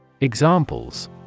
Examples